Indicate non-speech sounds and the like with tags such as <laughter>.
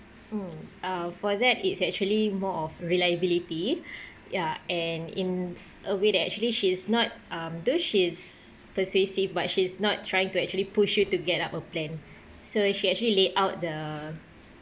mm uh for that it's actually more of reliability <breath> ya and in a way that actually she's not um though she's persuasive but she's not trying to actually push you to get up a plan so she actually laid out the